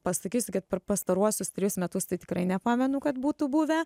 pasakysiu kad per pastaruosius trejus metus tai tikrai nepamenu kad būtų buvę